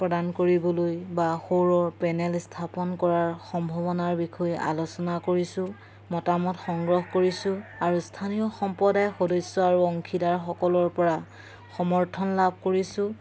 প্ৰদান কৰিবলৈ বা সৌৰৰ পেনেল স্থাপন কৰাৰ সম্ভাৱনাৰ বিষয়ে আলোচনা কৰিছোঁ মতামত সংগ্ৰহ কৰিছোঁ আৰু স্থানীয় সম্প্ৰদায় সদস্য আৰু অংশীদাৰসকলৰপৰা সমৰ্থন লাভ কৰিছোঁ